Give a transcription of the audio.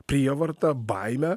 prievarta baime